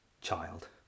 child